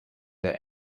der